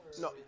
No